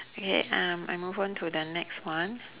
yeah um I move on to the next one